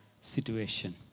situation